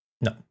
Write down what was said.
No